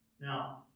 Now